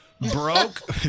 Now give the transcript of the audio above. Broke